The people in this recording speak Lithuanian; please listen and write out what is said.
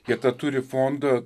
jie tą turi fondą